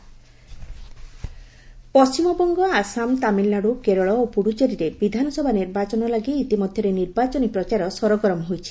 ମୋଦି କୋଲ୍କାତା ପଶ୍ଚିମବଙ୍ଗ ଆସାମ ତାମିଲନାଡୁ କେରଳ ଓ ପୁଡୁଚେରୀରେ ବିଧାନସଭା ନିର୍ବାଚନ ଲାଗି ଇତିମଧ୍ୟରେ ନିର୍ବାଚନୀ ପ୍ରଚାର ସରଗରମ ହୋଇଛି